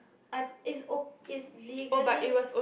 I is o~ is legally